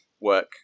work